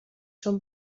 چون